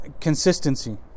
consistency